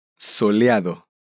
Soleado